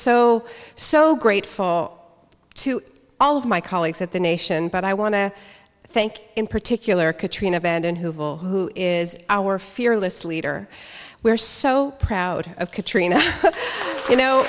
so so grateful to all of my colleagues at the nation but i want to thank in particular katrina vanden who is our fearless leader we're so proud of katrina you know